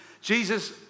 Jesus